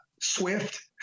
swift